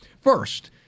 first